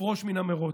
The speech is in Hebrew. לפרוש מן המרוץ,